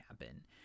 happen